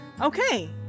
Okay